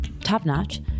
top-notch